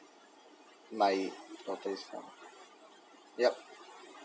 my daughter is not yup